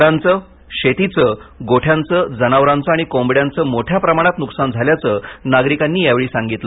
घरांचे शेतीचे गोठयांचे जनावरांचे आणि कोंबड्याचे मोठ्या प्रमाणात नुकसान झाल्याचे नागरिकांनी यावेळी सांगितले